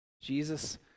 Jesus